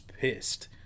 pissed